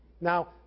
Now